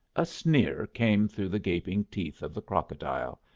a sneer came through the gaping teeth of the crocodile.